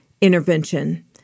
intervention